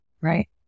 Right